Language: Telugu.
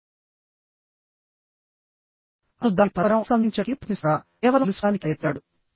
అతను దానిని పరస్పరం అనుసంధానించడానికి ప్రయత్నిస్తున్నారా కేవలం తెలుసుకోవడానికి ప్రయత్నించాడు